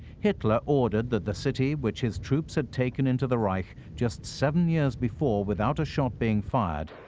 hitler ordered that the city, which his troops had taken into the reich just seven years before without a shot being fired,